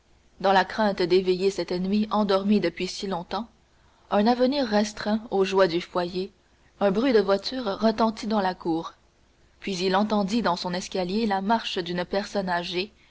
dans la crainte d'éveiller cet ennemi endormi depuis si longtemps un avenir restreint aux joies du foyer un bruit de voiture retentit dans la cour puis il entendit dans son escalier la marche d'une personne âgée